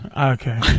Okay